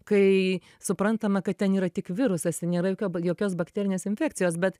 kai suprantama kad ten yra tik virusas i nėra jokio jokios bakterinės infekcijos bet